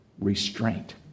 restraint